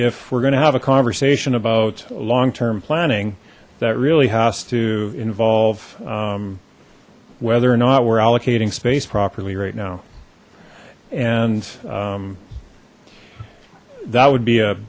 if we're going to have a conversation about long term planning that really has to involve whether or not we're allocating space properly right now and that would be a